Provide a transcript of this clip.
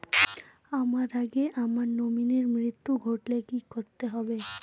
আমার আগে আমার নমিনীর মৃত্যু ঘটলে কি করতে হবে?